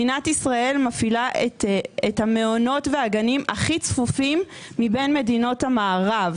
מדינת ישראל מפעילה את המעונות והגנים הכי צפופים מבין מדינות המערב.